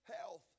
health